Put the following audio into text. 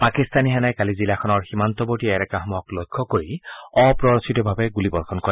পাকিস্তানী সেনাই কালি জিলাখনৰ সীমান্তৱৰ্তী এলেকাসমূহক লক্ষ্য কৰি অপ্ৰৰোচিতভাৱে গুলী বৰ্ষণ কৰে